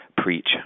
preach